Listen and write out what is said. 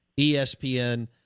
ESPN